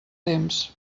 temps